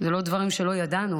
אלה לא דברים שלא ידענו,